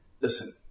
listen